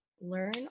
learn